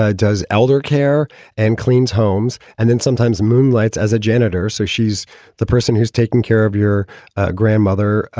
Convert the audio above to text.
ah does elder care and cleans homes and then sometimes moonlights as a janitor. so she's the person who's taking care of your ah grandmother. ah